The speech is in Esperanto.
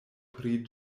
pri